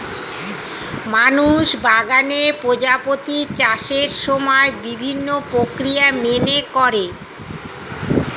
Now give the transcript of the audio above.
মানুষ বাগানে প্রজাপতির চাষের সময় বিভিন্ন প্রক্রিয়া মেনে করে